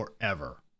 forever